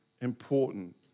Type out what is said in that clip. important